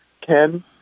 Ken